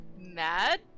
Mad